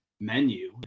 menu